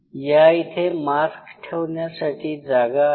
या इथे मास्क ठेवण्यासाठी जागा आहे